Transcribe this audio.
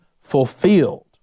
fulfilled